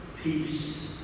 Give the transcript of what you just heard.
peace